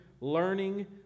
learning